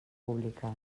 públiques